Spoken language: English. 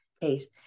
case